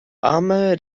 ame